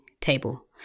table